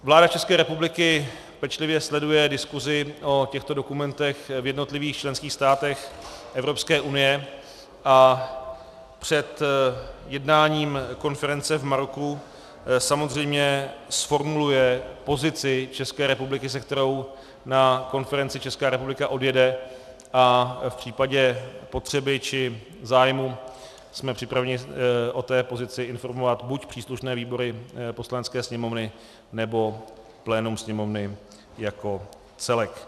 Vláda České republiky pečlivě sleduje diskusi o těchto dokumentech v jednotlivých členských státech Evropské unie a před jednáním konference v Maroku samozřejmě zformuluje pozici České republiky, se kterou na konferenci Česká republika odjede, a v případě potřeby či zájmu jsme připraveni o té pozici informovat buď příslušné výbory Poslanecké sněmovny, nebo plénum Sněmovny jako celek.